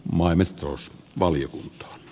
maan mestaruus valion